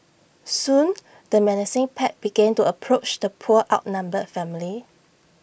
soon the menacing pack began to approach the poor outnumbered family